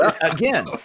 again